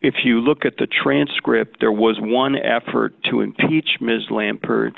if you look at the transcript there was one effort to impeach ms lampert